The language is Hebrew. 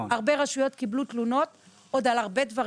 הרבה רשויות קיבלו תלונות על הרבה דברים.